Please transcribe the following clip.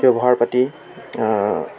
ব্যৱহাৰ পাতি